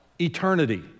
eternity